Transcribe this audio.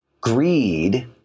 Greed